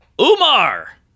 Umar